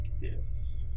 Yes